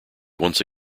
once